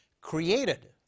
created